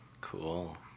Cool